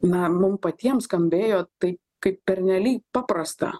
na mum patiem skambėjo tai kaip pernelyg paprasta